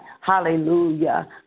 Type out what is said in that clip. Hallelujah